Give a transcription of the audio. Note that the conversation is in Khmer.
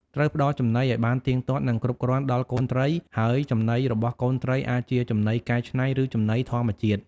ត្រូវផ្តល់ចំណីឲ្យបានទៀងទាត់ និងគ្រប់គ្រាន់ដល់កូនត្រី ហើយចំណីរបស់កូនត្រីអាចជា ចំណីកែច្នៃ ឬ ចំណីធម្មជាតិ។